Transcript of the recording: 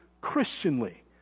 Christianly